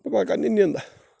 گۅڈٕ کرنہِ نیٚنٛدٕ